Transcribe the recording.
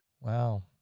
Wow